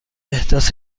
احداث